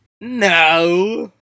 No